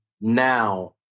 now